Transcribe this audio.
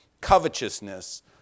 covetousness